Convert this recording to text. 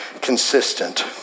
consistent